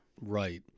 right